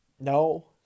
no